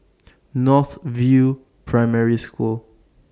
North View Primary School